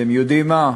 אתם יודעים מה,